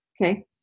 Okay